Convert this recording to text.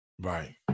Right